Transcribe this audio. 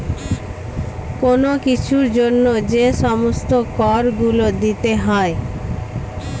কোন কিছুর জন্য যে সমস্ত কর গুলো দিতে হয়